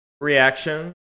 reaction